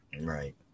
Right